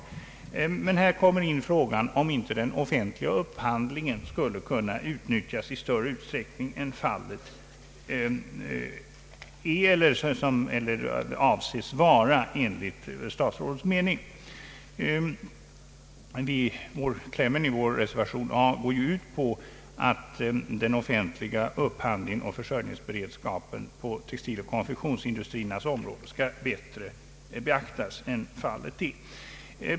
Här kommer vi också in på frågan om inte offentlig upphandling skulle kunna utnyttjas i större utsträckning än statsrådet har avsett. Klämmen i reservation 1 går ut på att den offentliga upphandlingsoch försörjningsberedskapen på textiloch konfektions arbetande glasindustrin industriernas område skall beaktas bättre än som nu är fallet.